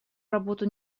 работу